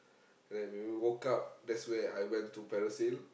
then we woke up that's where I went to parasail